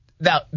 Now